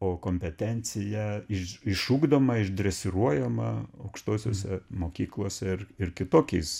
o kompetencija iš išugdoma išdresiruojama aukštosiose mokyklose ir kitokiais